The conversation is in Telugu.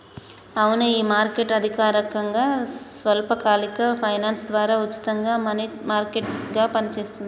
అవునే ఈ మార్కెట్ అధికారకంగా స్వల్పకాలిక ఫైనాన్స్ ద్వారా ఉచితంగా మనీ మార్కెట్ గా పనిచేస్తుంది